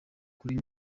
kuri